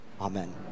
amen